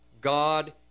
God